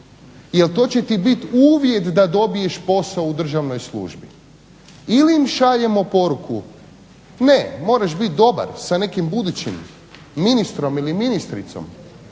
jer to će ti biti uvjet da dobiješ posao u državnoj službi. Ili im šaljemo poruku ne, moraš biti dobar sa budućim ministrom ili ministricom